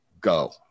go